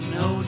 no